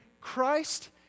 Christ